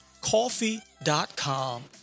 coffee.com